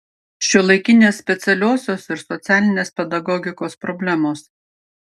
šiuolaikinės specialiosios ir socialinės pedagogikos problemos